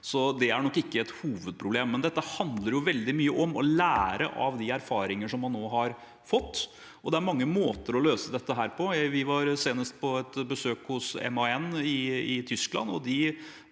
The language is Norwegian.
det er nok ikke et hovedproblem. Dette handler veldig mye om å lære av de erfaringer som man nå har fått. Det er mange måter å løse dette på. Vi var senest på et besøk hos MAN i Tyskland,